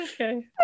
okay